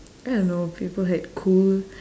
I don't know people had cool